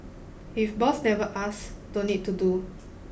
if boss never asks don't need to do